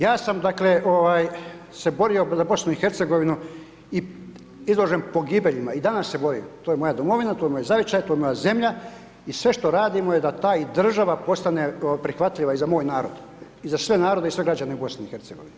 Ja sam dakle, se borio za BIH i izložen pogibeljima i danas se borim, to je moja domovina, to je moj zavičaj to je moja zemlja i sve što radimo je da i ta država postane prihvatljiva i za moj narod i za sve narode i za sve građane u BIH.